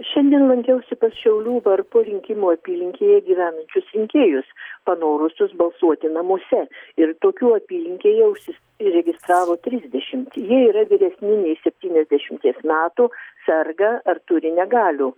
šiandien lankiausi pas šiaulių varpo rinkimų apylinkėje gyvenančius rinkėjus panorusius balsuoti namuose ir tokių apylinkėje užsi įregistravo trisdešimt jie yra vyresni nei septyniasdešimties metų serga ar turi negalių